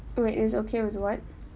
wait is okay with what